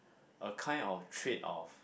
a kind of trade of